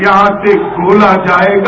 यहां से गोला जाएगा